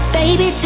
baby